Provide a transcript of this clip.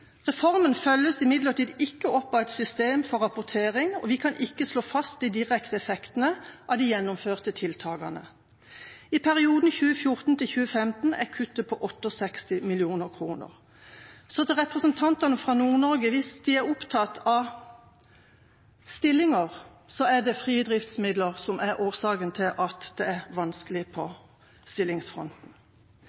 Reformen følges imidlertid ikke opp av et system for rapportering, og vi kan ikke slå fast de direkte effektene av de gjennomførte tiltakene. I perioden 2014–2015 er kuttet på 68 mill. kr. Så til representantene fra Nord-Norge: Hvis de er opptatt av stillinger, er det frie driftsmidler som er årsaken til at det er vanskelig på